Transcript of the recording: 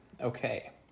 Okay